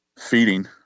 feeding